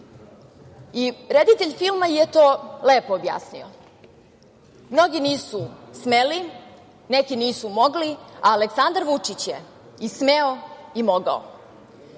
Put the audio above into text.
Reditelj filma je to lepo objasnio. Mnogi nisu smeli, neki nisu mogli, a Aleksandar Vučić je i smeo i mogao. Vlada